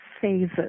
phases